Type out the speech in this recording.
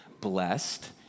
Blessed